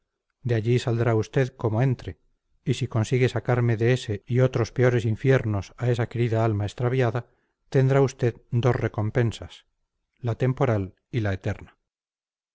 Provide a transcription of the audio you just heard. de allí saldrá usted como entre y si consigue sacarme de ese y otros peores infiernos a esa querida alma extraviada tendrá usted dos recompensas la temporal y la eterna